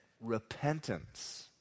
repentance